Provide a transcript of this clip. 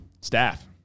staff